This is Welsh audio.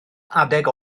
adeg